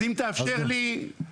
אז אם תאפשר לי --- לא,